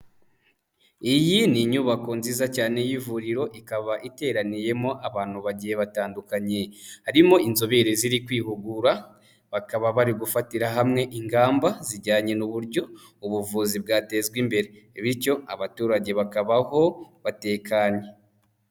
Iyi ni inyubako nziza cyane y'ivuriro, ikaba iteraniyemo abantu bagiye batandukanye, harimo inzobere ziri kwihugura, bakaba bari gufatira hamwe ingamba zijyanye n'uburyo ubuvuzi bwatezwa imbere, bityo abaturage bakabaho batekanye.